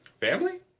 Family